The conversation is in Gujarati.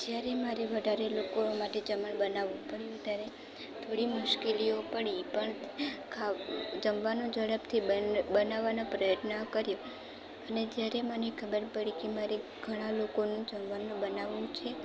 જયારે મારે વધારે લોકો માટે જમણ બનાવવું પડે ને ત્યારે થોડી મુશ્કેલીઓ પડી પણ જમવાનું જડપથી બનાવવાનો પ્રયત્ન કર્યો અને જયારે મને ખબર પડી કે મારે ઘણાં લોકોનું જમવાનું બનાવવું છે